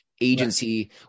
agency